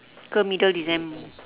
ke middle decem~